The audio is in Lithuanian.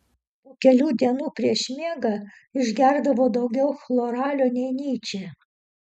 po kelių dienų prieš miegą išgerdavo daugiau chloralio nei nyčė